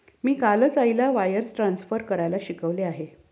मी कालच आईला wires transfer करायला शिकवले आहे